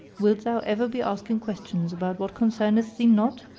wilt thou ever be asking questions about what concerneth thee not?